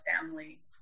family